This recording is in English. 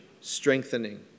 strengthening